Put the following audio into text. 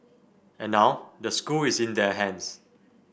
and now the school is in their hands